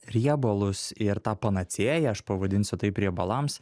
riebalus ir tą panacėją aš pavadinsiu taip riebalams